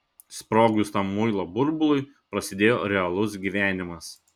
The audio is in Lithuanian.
sprogus tam muilo burbului prasidėjo realus gyvenimas